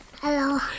hello